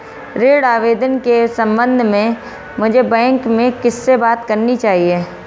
ऋण आवेदन के संबंध में मुझे बैंक में किससे बात करनी चाहिए?